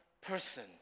person